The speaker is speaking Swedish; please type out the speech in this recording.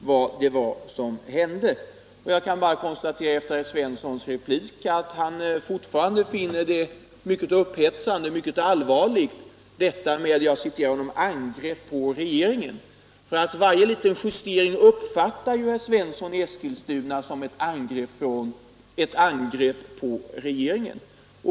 Efter herr Svenssons replik kan jag bara konstatera att han fortfarande finner mitt, som han kallar det, angrepp på regeringen mycket upphetsande och mycket allvarligt. Varje liten justering uppfattar herr Svensson i Eskilstuna som ett angrepp på regeringen.